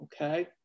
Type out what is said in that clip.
okay